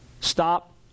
Stop